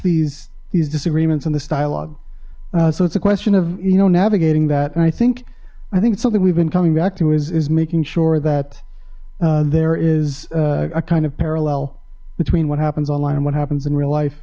these these disagreements in this dialogue so it's a question of you know navigating that and i think i think it's something we've been coming back to is is making sure that there is a kind of parallel between what happens online on what happens in real life